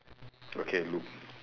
okay look